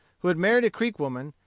who had married a creek woman,